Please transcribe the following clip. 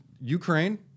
Ukraine